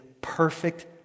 perfect